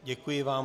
Děkuji vám.